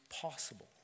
possible